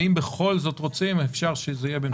ואם בכל זאת רוצים אפשר שזה יהיה בהיוועדות חזותית.